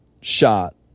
shot